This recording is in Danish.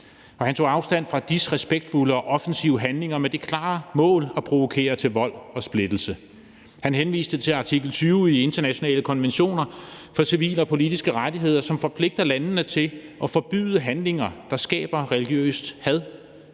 han tog afstand fra disrespektfulde og offensive handlinger med det klare mål at provokere til vold og splittelse. Han henviste til artikel 20 i de internationale konventioner for civile og politiske rettigheder, som forpligter landene til at forbyde handlinger, der skaber religiøst had